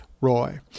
Roy